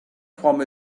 from